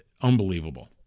unbelievable